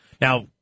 Now